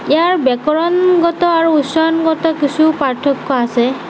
ইয়াৰ ব্যাকৰণগত আৰু উচ্চাৰণগত কিছু পাৰ্থক্য আছে